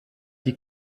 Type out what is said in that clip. die